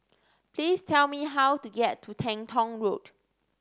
please tell me how to get to Teng Tong Road